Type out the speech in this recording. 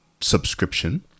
subscription